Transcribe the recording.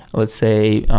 let's say,